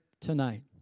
tonight